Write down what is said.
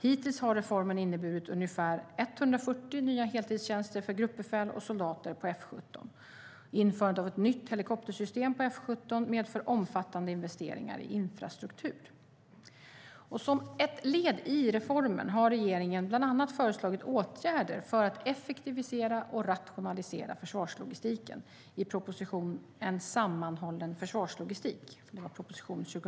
Hittills har reformen inneburit ungefär 140 nya heltidstjänster för gruppbefäl och soldater på F 17. Införandet av ett nytt helikoptersystem på F 17 medför omfattande investeringar i infrastruktur. Som ett led i reformen har regeringen bland annat föreslagit åtgärder för att effektivisera och rationalisera försvarslogistiken i propositionen En sammanhållen försvarslogistik .